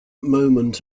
moment